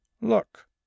Look